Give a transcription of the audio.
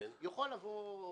יוכל לבוא ויגיד,